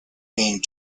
named